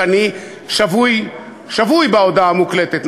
ואני שבוי בהודעה המוקלטת,